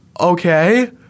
okay